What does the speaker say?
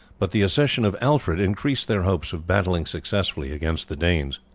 but the accession of alfred increased their hopes of battling successfully against the danes.